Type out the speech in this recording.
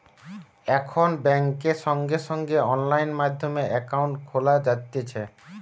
এখন বেংকে সঙ্গে সঙ্গে অনলাইন মাধ্যমে একাউন্ট খোলা যাতিছে